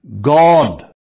God